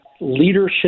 leadership